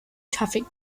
traffic